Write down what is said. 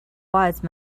wise